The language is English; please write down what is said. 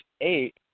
eight